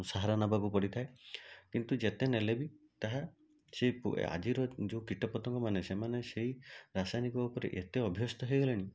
ସାହାରା ନେବାକୁ ପଡ଼ିଥାଏ କିନ୍ତୁ ଯେତେ ନେଲେ ବି ତାହା ସେ ଆଜିର ଯେଉଁ କୀଟପତଙ୍ଗମାନେ ସେମାନେ ସେଇ ରାସାୟନିକ ଉପରେ ଏତେ ଅଭ୍ୟସ୍ତ ହେଇଗଲେଣି